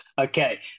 Okay